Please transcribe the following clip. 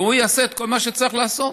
והוא יעשה כל מה שצריך לעשות.